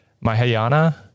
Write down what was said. Mahayana